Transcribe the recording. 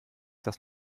das